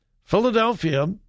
Philadelphia